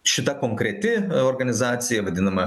šita konkreti organizacija vadinama